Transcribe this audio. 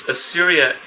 Assyria